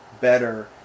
better